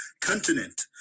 continent